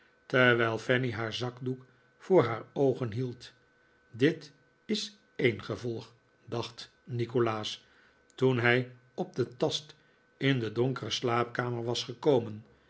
terwijl fanny haar zakdoek voor haar oogen hield dit is een gevolg dacht nikolaas toen hij op den fast in de donkere slaapkamer was gekomen